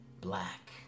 Black